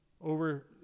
over